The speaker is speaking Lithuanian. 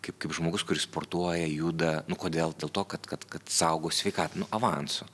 kaip kaip žmogus kuris sportuoja juda nu kodėl dėl to kad kad kad saugo sveikatą nu avansu